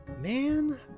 Man